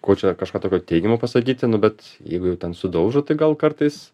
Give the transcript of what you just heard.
ko čia kažką tokio teigiamo pasakyti nu bet jeigu jau ten sudaužo tai gal kartais